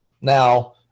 Now